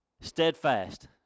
Steadfast